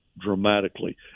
dramatically